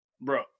Bro